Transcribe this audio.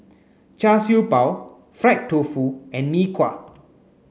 Char Siew Bao Fried Tofu and Mee Kuah